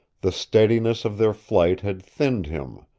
the steadiness of their flight had thinned him,